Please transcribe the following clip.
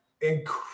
incredible